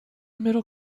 middle